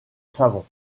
savon